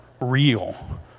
real